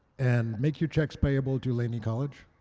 and make your checks payable to laney college.